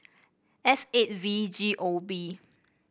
S eight V G O B